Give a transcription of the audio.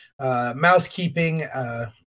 Mousekeeping